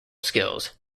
skills